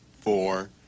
four